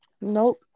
Nope